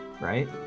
right